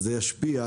זה ישפיע,